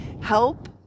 help